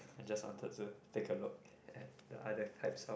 I just wanted to take a look at other types of